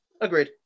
Agreed